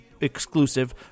exclusive